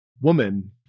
woman